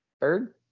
third